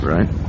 Right